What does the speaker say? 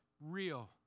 real